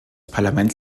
parlament